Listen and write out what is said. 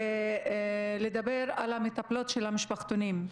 ולדבר על המטפלות של המשפחתונים.